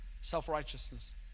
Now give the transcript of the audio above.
Self-righteousness